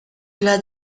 bla